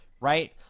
right